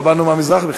לא באנו מהמזרח בכלל.